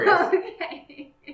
Okay